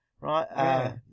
Right